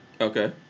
Okay